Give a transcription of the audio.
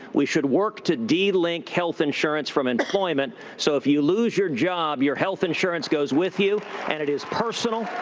we should work to de-link health insurance from employment so if you lose your job, your health insurance goes with you and it is personal,